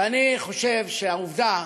ואני חושב שהעובדה